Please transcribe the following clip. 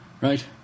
right